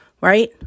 right